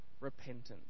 repentance